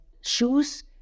shoes